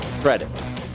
credit